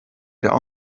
der